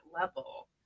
level